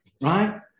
right